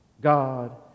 God